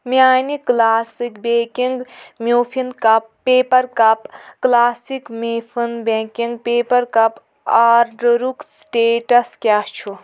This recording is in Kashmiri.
میانہِ classic baking muffin cup paper cup classic میٖفٕنۍ بٮ۪نٛکِنٛگ پیٚپر کپ آرڈرُک سِٹیٹس کیٚاہ چھ